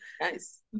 nice